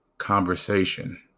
conversation